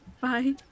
Bye